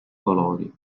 colori